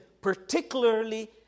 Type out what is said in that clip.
particularly